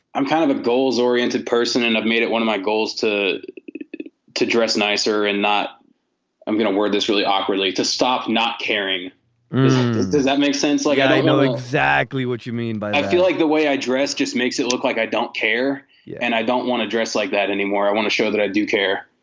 i'm kind of goals oriented person and i've made it one my goals to to dress nicer and not i'm going to wear this really awkwardly to stop not caring does that make sense? like, i don't know exactly what you mean by. i feel like the way i dress just makes it look like i don't care yeah and i don't want to dress like that anymore. i want to show that i do care.